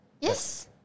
Yes